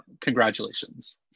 Congratulations